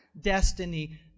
destiny